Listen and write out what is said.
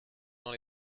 dans